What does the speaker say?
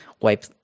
wipe